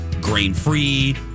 grain-free